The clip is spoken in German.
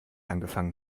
angefangen